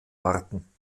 warten